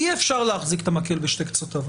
אי אפשר להחזיק את המקל בשני קצותיו.